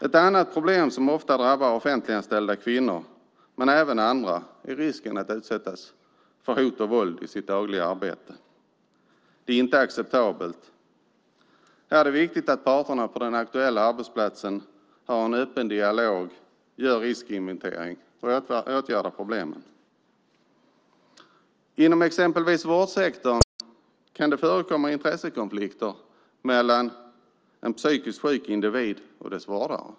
Ett annat problem som ofta drabbar offentliganställda kvinnor, men även andra, är risken att utsättas för hot och våld i det dagliga arbetet. Det är inte acceptabelt. Här är det viktigt att parterna på den aktuella arbetsplatsen har en öppen dialog, gör en riskinventering och åtgärdar problemen. Inom exempelvis vårdsektorn kan det förekomma intressekonflikter mellan en psykiskt sjuk individ och dennes vårdare.